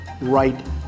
right